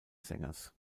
sängers